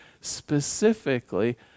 specifically